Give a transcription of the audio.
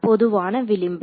பொதுவான விளிம்பு